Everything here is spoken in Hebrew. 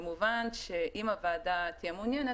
כמובן שאם הוועדה תהיה מעוניינת,